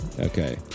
okay